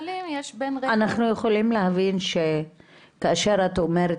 אנחנו יכולים להבין שכאשר את אומרת